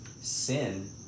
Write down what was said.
sin